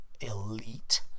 Elite